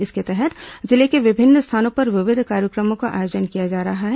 इसके तहत जिले के विभिन्न स्थानों पर विविध कार्यक्रमों का आयोजन किया जा रहा है